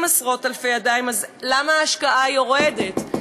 חסרות עשרות-אלפי ידיים, למה ההשקעה יורדת?